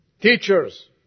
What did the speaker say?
Teachers